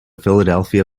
philadelphia